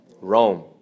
Rome